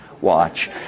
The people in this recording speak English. watch